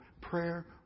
prayer